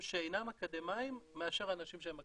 שאינם אקדמאיים מאשר אנשים שהם אקדמאיים.